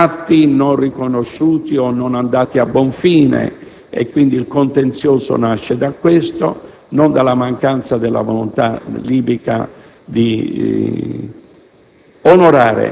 di contratti non riconosciuti o non andati a buon fine (il contenzioso nasce da ciò, non dalla mancanza della volontà libica di